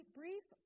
brief